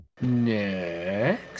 Next